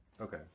Okay